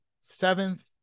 seventh